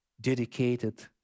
dedicated